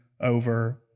over